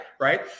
right